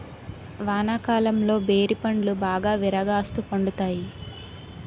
వానాకాలంలో బేరి పండ్లు బాగా విరాగాస్తు పండుతాయి